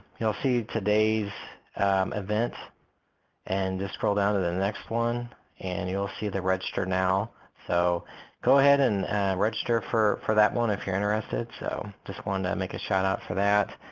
you'll see today's event and just scroll down to the next one and you'll see the register now. so go ahead and register for for that one if you're interested so, just wanted to make a shout out for that.